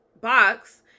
Box